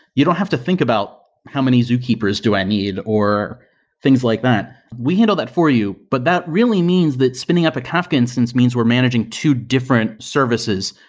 you don't have to think about how many zookeepers do i need or things like that. we handle that for you, but that really means that spinning up a kafka instance means we're managing two different services,